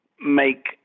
make